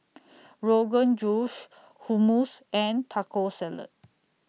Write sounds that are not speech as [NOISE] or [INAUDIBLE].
[NOISE] Rogan Josh Hummus and Taco Salad